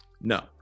No